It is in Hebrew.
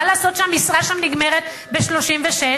מה לעשות שהמשרה שם נגמרת ב-36?